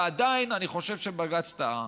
ועדיין אני חושב שבג"ץ טעה,